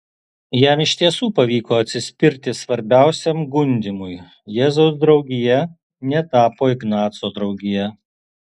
jam iš tiesų pavyko atsispirti svarbiausiam gundymui jėzaus draugija netapo ignaco draugija